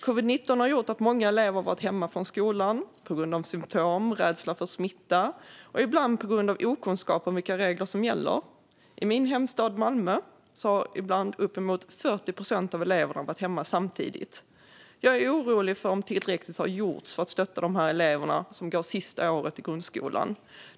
Covid-19 har gjort att många elever har varit hemma från skolan på grund av symtom, på grund av rädsla för smitta och ibland på grund av okunskap om vilka regler som gäller. I min hemstad Malmö har ibland uppemot 40 procent av eleverna varit hemma samtidigt. Jag är orolig för att inte tillräckligt mycket har gjorts för att stötta dessa elever som går sista året i grundskolan.